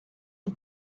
the